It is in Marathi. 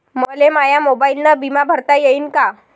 मले माया मोबाईलनं बिमा भरता येईन का?